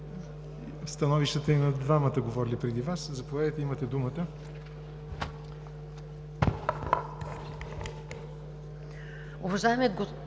становищата и на двамата, говорили преди Вас. Заповядайте, имате думата.